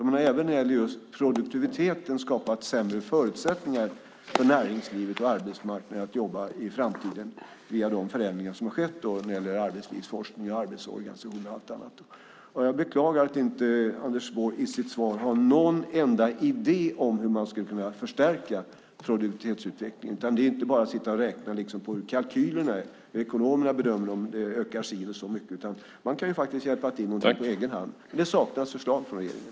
Man har även när det gäller produktiviteten skapat sämre förutsättningar för näringslivet och arbetsmarknaden att jobba i framtiden via de förändringar som har skett när det gäller arbetslivsforskning och arbetsorganisation och allt annat. Jag beklagar att inte Anders Borg i sitt svar har någon enda idé om hur man skulle kunna förstärka produktivitetsutvecklingen. Det är inte bara att sitta och räkna på hur kalkylerna är och om ekonomerna bedömer att det ökar si eller så mycket. Man kan faktiskt hjälpa till på egen hand. Men det saknas förslag från regeringen.